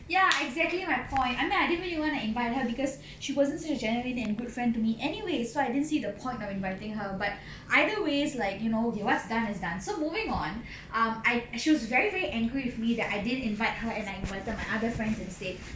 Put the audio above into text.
ya exactly my point I mean I didn't even want to invite her because she wasn't so genuine and good friend to me anyway so I didn't see the point of inviting her but either ways like you know okay what's done is done so moving on um I she was very very angry with me that I didn't invite her and I invited my other friends instead